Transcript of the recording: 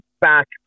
back